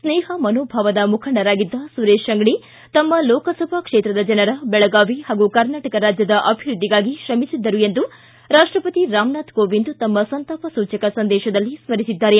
ಸ್ನೇಹ ಮನೋಭಾವದ ಮುಖಂಡರಾಗಿದ್ದ ಸುರೇಶ್ ಅಂಗಡಿ ತಮ್ಮ ಲೋಕಸಭಾ ಕ್ಷೇತ್ರದ ಜನರ ಬೆಳಗಾವಿ ಹಾಗೂ ಕರ್ನಾಟಕ ರಾಜ್ಯದ ಅಭಿವೃದ್ದಿಗಾಗಿ ಶ್ರಮಿಸಿದ್ದಾರೆ ಎಂದು ರಾಷ್ಟಪತಿ ರಾಮ್ ನಾಥ್ ಕೋವಿಂದ್ ತಮ್ಮ ಸಂತಾಪ ಸೂಚಕ ಸಂದೇಶದಲ್ಲಿ ಸ್ಮರಿಸಿದ್ದಾರೆ